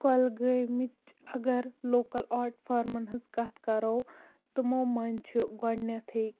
کۄلگٲۍ مٕچ اگر local art فارمَن ہٕنٛز کتھ کَرو تمو مَنٛز چھُ گۄڈنیٚتھٕے